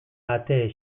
ate